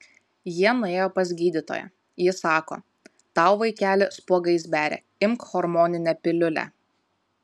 jie nuėjo pas gydytoją ji sako tau vaikeli spuogais beria imk hormoninę piliulę